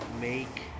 ...make